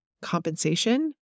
compensation